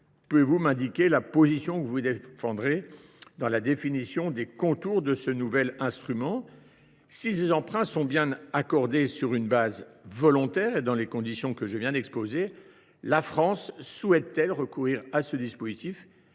Pouvez vous m’indiquer la position que vous défendrez dans la définition des contours de ce nouvel instrument ? Si ces emprunts sont bien accordés sur une base volontaire et dans les conditions que je viens d’exposer, la France souhaite t elle recourir à ce dispositif